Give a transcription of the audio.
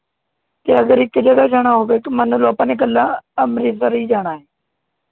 ਅਤੇ ਅਗਰ ਇੱਕ ਜਗ੍ਹਾ ਜਾਣਾ ਹੋਵੇ ਮੰਨ ਲਉ ਆਪਾਂ ਨੇ ਇਕੱਲਾ ਅੰਮ੍ਰਿਤਸਰ ਹੀ ਜਾਣਾ ਹੈ